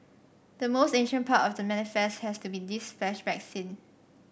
the most ancient part of the manifest has to be this flashback scene